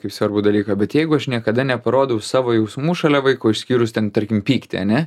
kaip svarbų dalyką bet jeigu aš niekada neparodau savo jausmų šalia vaiko išskyrus ten tarkim pyktį ane